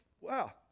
wow